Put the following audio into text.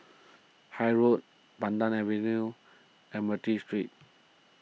Haig Road Pandan Avenue Admiralty Street